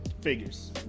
Figures